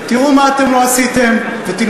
אנחנו נמצאים, הכול